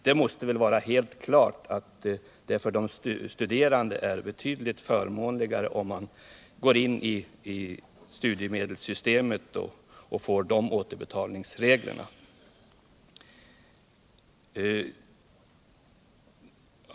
Det måste vara helt klart att det för de studerande är betydligt förmånligare att gå in i studiemedelssystemet och få de återbetalningsreglerna.